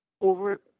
over